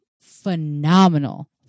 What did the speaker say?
phenomenal